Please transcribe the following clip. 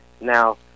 Now